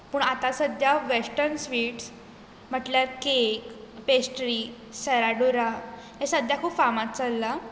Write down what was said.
पूण आतां सद्याक वॅस्टर्न स्वीट्स म्हणटल्यार केक पेस्ट्री सेराडुरा हें सद्याक खूब फामाद चल्ला